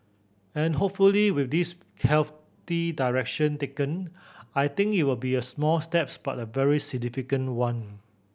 and hopefully with this healthy direction taken I think it will be a small steps but a very significant one